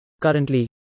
Currently